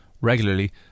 regularly